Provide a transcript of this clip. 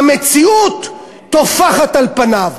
המציאות טופחת על פניו.